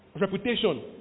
reputation